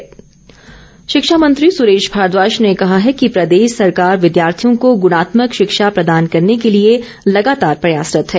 सुरेश भारद्वाज शिक्षा मंत्री सुरेश भारद्वाज ने कहा है कि प्रदेश सरकार विद्यार्थियों को गुणात्मक शिक्षा प्रदान करने के लिए लगातार प्रयासरत है